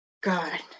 God